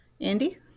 Andy